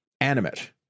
animate